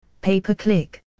pay-per-click